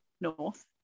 north